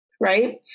right